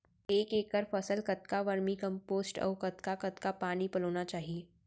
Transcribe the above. एक एकड़ फसल कतका वर्मीकम्पोस्ट अऊ कतका कतका पानी पलोना चाही?